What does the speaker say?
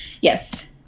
Yes